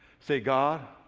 say, god,